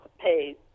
pay